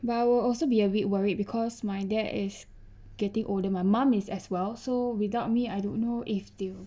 but I will also be a bit worried because my dad is getting older my mum is as well so without me I don't know if they will